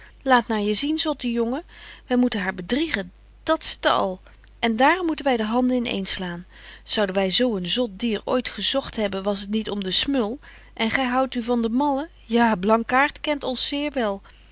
laat naar je zien zotte jongen wy moeten haar bedriegen dat's t al en daarom moeten wy de handen in een slaan zouden wy zo een zot dier ooit gezogt hebben was t niet om den smul en gy houdt u van de mallen ja blankaart kent ons zeer wel